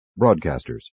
Broadcasters